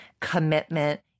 commitment